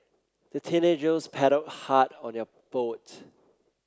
the teenagers paddled hard on their boat